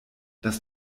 das